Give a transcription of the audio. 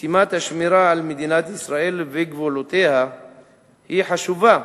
משימת השמירה על מדינת ישראל וגבולותיה היא חשובה,